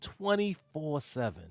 24-7